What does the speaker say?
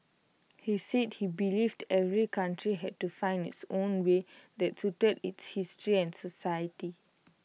he said he believed every country had to find its own way that suited its history and society